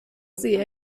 sie